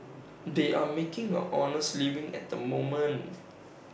they are making an honest living at the moment